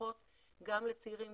גם לצעירים,